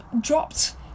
dropped